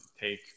take